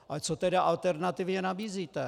Ale co tedy alternativně nabízíte?